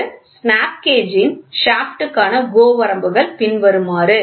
ஒரு ஸ்னாப் கேஜின் ஷாஃப்ட் க்கான GO வரம்புகள் பின்வருமாறு